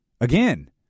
Again